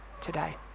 today